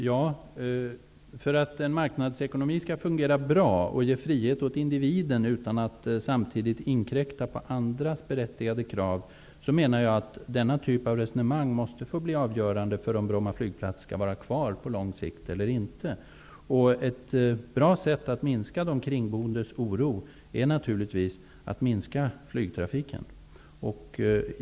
Herr talman! För att en marknadsekonomi skall fungera bra och ge frihet åt individen utan att samtidigt inkräkta på andras berättigade krav menar jag att denna typ av resonemang måste få bli avgörande för om Bromma flygplats skall vara kvar på lång sikt eller inte. Ett bra sätt att minska de kringboendes oro är naturligtvis att minska flygtrafiken.